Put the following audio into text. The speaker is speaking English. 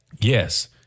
Yes